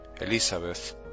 Elizabeth